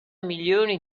milioni